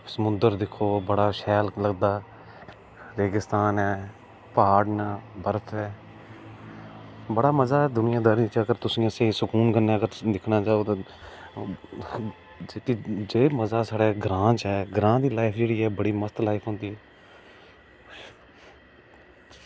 समुंदर दिक्खो तां बड़ा शैल लभदा रेगीस्तान ऐ प्हाड़ न बर्फ ऐ बड़ा मजा इस दूनियादारी च अगर तुस इस्सी सुकून कन्नै दिक्खना चाहो तो जेह्का मजा साढ़े ग्रांऽ च ऐ ग्रांऽ दी लाईफ जेह्की मजे दी होंदी